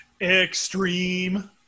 Extreme